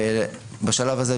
בשלב הזה,